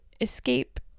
escape